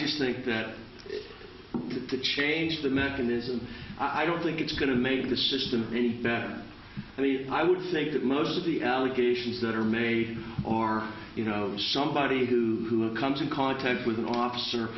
just think that to change the mechanism i don't think it's going to make the system any better and the i would say that most of the allegations that are made or you know somebody who comes in contact with an officer